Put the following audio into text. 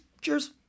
cheers